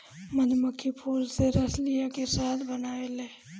मधुमक्खी फूल से रस लिया के शहद बनावेले